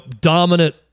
dominant